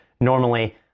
normally